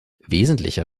wesentlicher